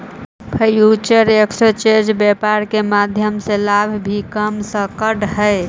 future exchange व्यापार के माध्यम से लाभ भी कमा सकऽ हइ